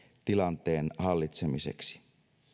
tilanteen hallitsemiseksi